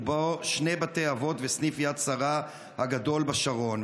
ובו שני בתי אבות וסניף יד שרה הגדול בשרון.